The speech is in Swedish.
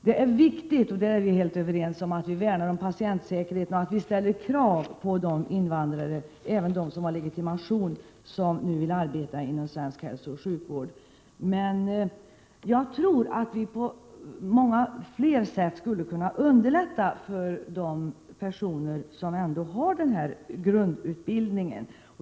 Det är viktigt — och det är vi helt överens om — att värna om patientsäkerheten och att ställa krav på de invandrare, även dem med legitimation, som nu vill arbeta inom svensk hälsooch sjukvård. Jag tror emellertid att vi på många fler sätt skulle kunna underlätta för de personer som ändå har denna grundutbildning.